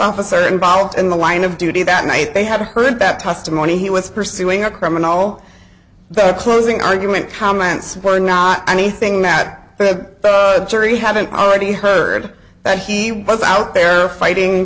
officer involved in the line of duty that night they had heard back testimony he was pursuing a criminal but closing argument comments were not anything that the jury haven't already heard that he was out there fighting